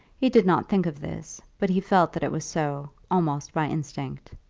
he did not think of this, but he felt that it was so, almost by instinct.